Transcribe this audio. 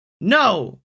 No